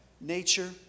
nature